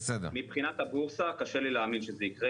מבחינת הבורסה קשה לי להאמין שזה יקרה